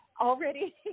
already